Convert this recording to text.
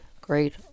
great